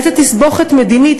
באיזו תסבוכת מדינית,